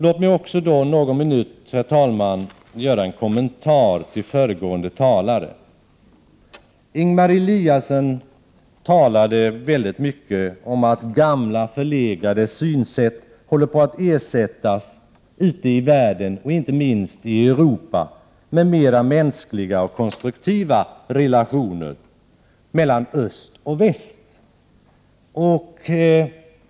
Låt mig, herr talman, under någon minut göra en kommentar till föregående talares anföranden. Ingemar Eliasson talade väldigt mycket om att gamla förlegade synsätt håller på att ersättas ute i världen, inte minst i Europa, av mänskliga och konstruktiva relationer mellan öst och väst.